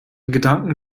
gedanken